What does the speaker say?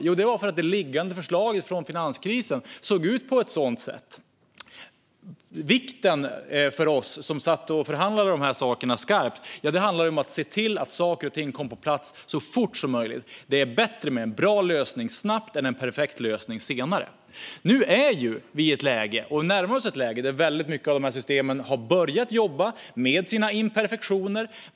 Jo, det är för att det liggande förslaget från finanskrisen såg ut på ett sådant sätt. För oss som förhandlade om detta var det viktigaste att se till att saker och ting kom på plats så fort som möjligt. Det är bättre med en bra lösning snabbt än med en perfekt lösning senare. Nu närmar vi oss ett läge där många av dessa system har trätt i funktion, med sina imperfektioner.